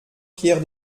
pierre